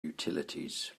utilities